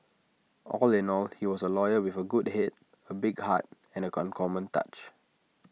all in all he was A lawyer with A good Head A big heart and an uncommon touch